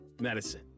medicine